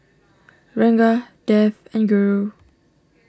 Ranga Dev and Guru